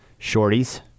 Shorties